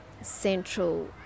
central